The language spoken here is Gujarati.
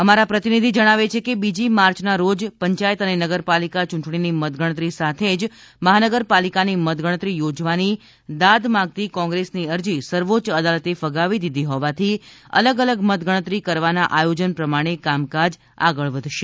અમારા પ્રતિનિધિ જણાવે છે કે બીજી માર્ચના રોજ પંચાયત અને નગરપાલિકા યૂંટણીની મત ગણતરી સાથે જ મહાનગરપાલિકાની મત ગણતરી યોજવાની દાદ માંગતી કોંગ્રેસની અરજી સર્વોચ્ય અદાલતે ફગાવી દીધી હોવાથી અલગ અલગ મતગણતરી કરવાના આયોજન પ્રમાણે કામકાજ આગળ વધશે